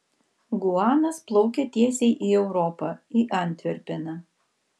guanas plaukia tiesiai į europą į antverpeną